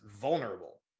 vulnerable